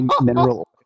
mineral